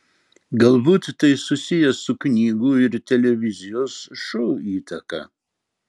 galbūt tai susiję su knygų ir televizijos šou įtaka